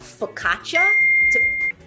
focaccia